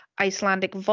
Icelandic